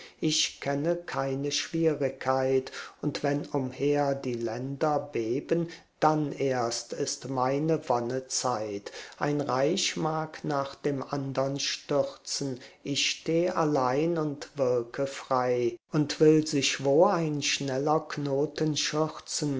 ich kenne keine schwierigkeit und wenn umher die länder beben dann erst ist meine wonnezeit ein reich mag nach dem andern stürzen ich steh allein und wirke frei und will sich wo ein schneller knoten schürzen